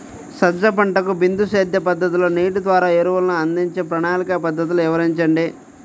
సజ్జ పంటకు బిందు సేద్య పద్ధతిలో నీటి ద్వారా ఎరువులను అందించే ప్రణాళిక పద్ధతులు వివరించండి?